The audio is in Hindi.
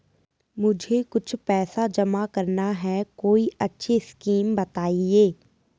मुझे कुछ पैसा जमा करना है कोई अच्छी स्कीम बताइये?